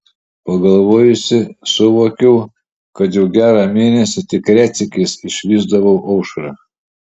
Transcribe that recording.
pagalvojusi suvokiau kad jau gerą mėnesį tik retsykiais išvysdavau aušrą